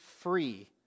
free